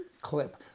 clip